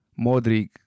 Modric